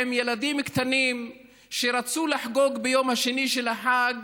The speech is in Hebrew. עם ילדים קטנים שרצו לחגוג ביום השני של החג,